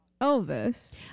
Elvis